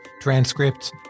transcripts